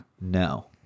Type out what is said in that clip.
No